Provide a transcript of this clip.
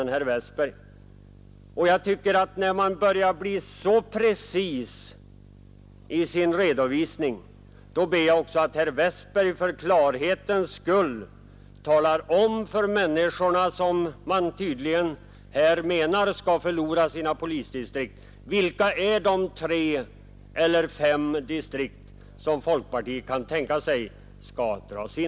När herr Westberg börjar bli så exakt i sin redovisning ber jag att herr Westberg för klarhetens skull talar om för de människor som man tydligen menar skall förlora sina polisdistrikt, vilka de tre eller fem distrikt är som folk partiet kan tänka sig skall dras in.